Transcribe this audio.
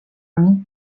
ami